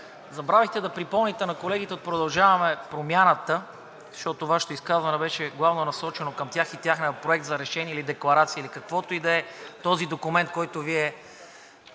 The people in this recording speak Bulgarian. Забравихте да припомните на колегите от „Продължаваме Промяната“, защото Вашето изказване беше главно насочено към тях и техния проект за решение или декларация, или каквото и да е, този документ, който Вие